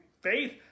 Faith